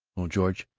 oh, george,